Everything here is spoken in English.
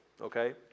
okay